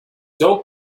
don’t